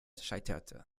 scheiterte